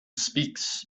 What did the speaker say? speaks